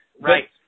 Right